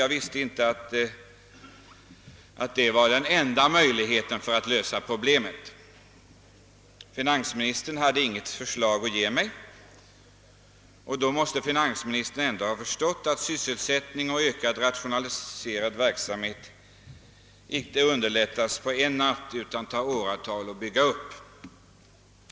Jag visste inte att det var den enda möjligheten att lösa problemet. Finansministern hade inget förslag att ge mig. Ändå måste finansministern ha förstått att ökad rationalisering inte åstadkommes på en natt utan att det tar åratal att genomföra den.